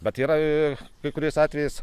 bet yra kai kuriais atvejais